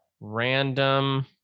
random